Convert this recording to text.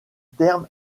terme